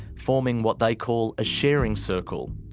forming what they call a sharing circle.